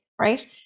right